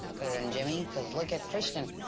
and jimmy, cause look at christian.